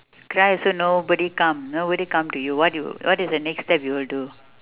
cry also nobody come nobody come to you what you what is the next step you will do